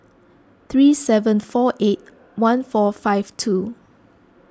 three seven four eight one four five two